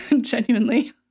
genuinely